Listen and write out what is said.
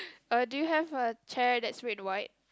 uh do you have a chair that's red and white